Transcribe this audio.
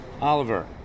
Oliver